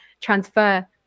transfer